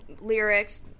lyrics